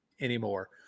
anymore